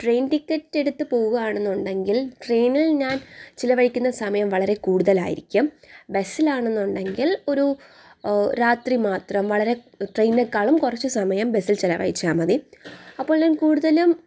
train ticket എടുത്ത് പോകുകയാണെന്നുണ്ടെങ്കിൽ ട്രെയിനിൽ ഞാൻ ചിലവഴിക്കുന്ന സമയം വളരെ കൂടുതലായിരിക്കും ബസ്സിലാണെന്നുണ്ടെങ്കിൽ ഒരു രാത്രി മാത്രം വളരെ ട്രെയ്നിനെക്കാളും കുറച്ച് സമയം ബസ്സിൽ ചിലവഴിച്ചാൽ മതി അപ്പോൾ ഞാൻ കൂടുതലും